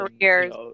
careers